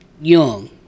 young